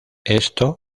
esto